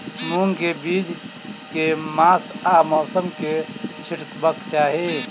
मूंग केँ बीज केँ मास आ मौसम मे छिटबाक चाहि?